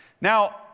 Now